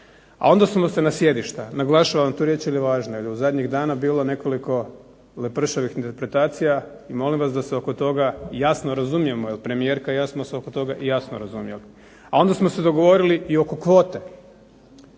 a onda smo se na sjedišta, naglašavam tu riječ jer je važna jer je u zadnjih nekoliko dana bilo lepršavih interpretacija, i molim da se oko toga jasno razumijemo, jer premijerka i ja smo se oko toga jasno razumjeli, a onda smo se dogovorili i oko kvote.